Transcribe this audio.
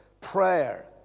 prayer